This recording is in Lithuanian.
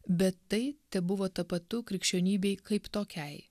bet tai tebuvo tapatu krikščionybei kaip tokiai